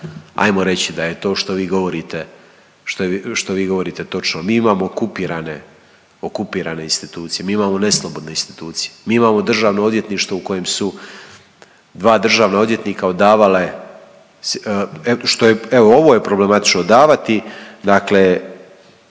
hajmo reći da je to što vi govorite točno. Mi imamo okupirane institucije, mi imamo neslobodne institucije. Mi imamo državno odvjetništvo u kojem su dva državna odvjetnika odavale što je, evo ovo je problematično davati dakle